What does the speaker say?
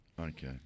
Okay